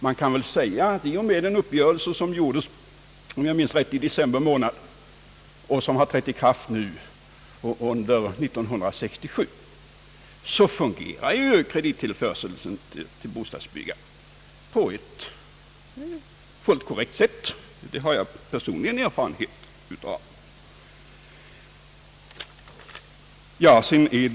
Man kan väl säga att i och med den uppgörelse som gjordes, om jag minns rätt, i december månad och som trätt i kraft under 1967 fungerar kredittillförseln till bostadsbyggandet på ett fullt tillfredsställande sätt.